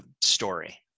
story